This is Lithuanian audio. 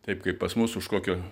taip kaip pas mus už kokio